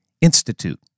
Institute